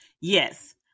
yes